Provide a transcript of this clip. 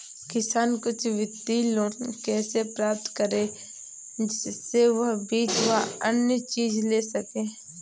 किसान कुछ वित्तीय लोन कैसे प्राप्त करें जिससे वह बीज व अन्य चीज ले सके?